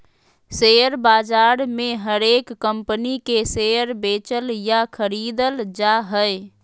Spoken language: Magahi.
शेयर बाजार मे हरेक कम्पनी के शेयर बेचल या खरीदल जा हय